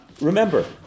remember